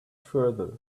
further